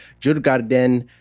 jurgarden